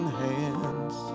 hands